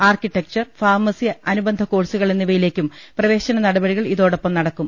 architecture pharmacy അനുബന്ധകോഴ്സുകൾ എന്നിവയിലേക്കും പ്രവേശന നടപടികൾ ഇതോടൊപ്പം നടക്കും